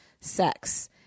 sex